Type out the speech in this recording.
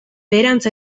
beherantz